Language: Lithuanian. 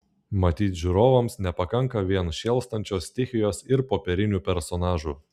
matyt žiūrovams nepakanka vien šėlstančios stichijos ir popierinių personažų